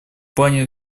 плане